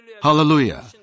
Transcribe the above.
Hallelujah